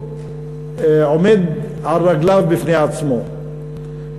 שעומד על רגליו בפני עצמו,